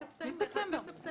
מספטמבר.